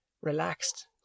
relaxed